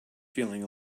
feeling